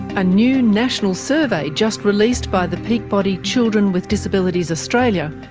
a new, national survey just released by the peak body children with disabilities australia,